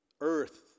earth